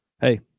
hey